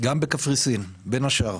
גם בקפריסין, בין השאר.